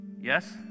Yes